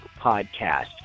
podcast